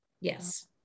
Yes